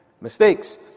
mistakes